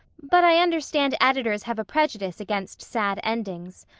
but i understand editors have a prejudice against sad endings.